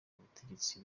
k’ubutegetsi